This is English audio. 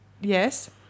Yes